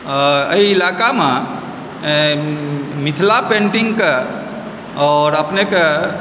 अइ इलाकामे मिथिला पेन्टिंगके आओर अपनेके